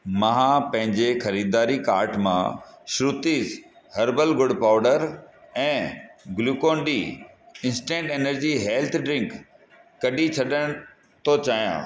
मां पंहिंजे ख़रीदारी कार्ट मां श्रुतिस हर्बल गुड पाऊडर ऐं Glucon D instant energy health drink कढी छॾण थो चाहियां